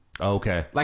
Okay